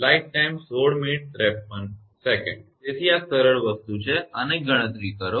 તેથી આ સરળ વસ્તુ છે આની ગણતરી કરો